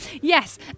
Yes